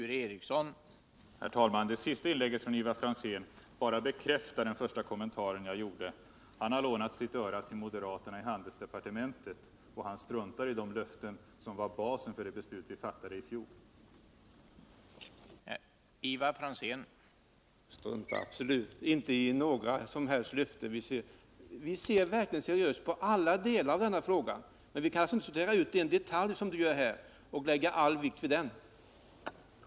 Herr talman! Det senaste inlägget från Ivar Franzén bekräftade bara den första kommentaren jag gjorde. Han har lånat sitt öra till moderaterna i handelsdepartementet, och han struntar i de löften som var basen för det beslut som vi i fjol fattade.